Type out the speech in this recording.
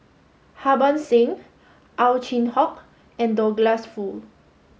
Harbans Singh Ow Chin Hock and Douglas Foo